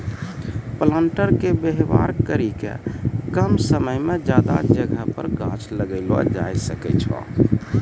planter के वेवहार करी के कम समय मे ज्यादा जगह पर गाछ लगैलो जाय सकै छै